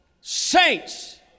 saints